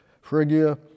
Phrygia